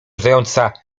zająca